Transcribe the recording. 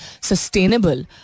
sustainable